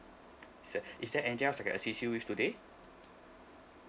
sir is there anything else I can assist you with today